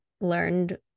learned